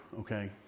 okay